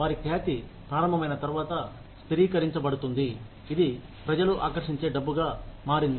వారి ఖ్యాతి ప్రారంభమైన తర్వాత స్థిరీకరించబడుతుంది ఇది ప్రజలు ఆకర్షించే డబ్బుగా మారింది